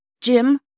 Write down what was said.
Jim